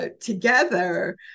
together